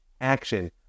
action